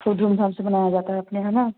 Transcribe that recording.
ख़ूब धूम धाम से मनाया जाता है अपने यहाँ ना